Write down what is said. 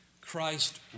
Christ